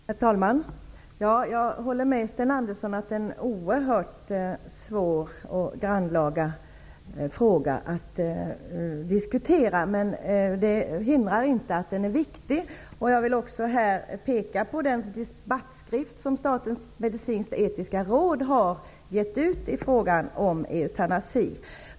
Herr talman! Jag håller med Sten Andersson i Malmö om att detta är en oerhört svår och grannlaga fråga att diskutera. Det hindrar dock inte att den är viktig. Jag vill också här peka på den debattskrift som statens medicinskt-etiska råd har gett ut i frågan om eutanasi.